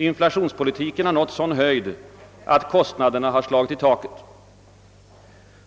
Inflationspolitiken har nått sådan höjd att kostnaderna har slagit i taket.